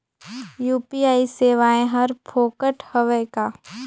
UPI सेवाएं हर फोकट हवय का?